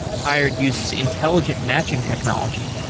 hired uses intelligent matching technology.